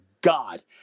God